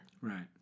Right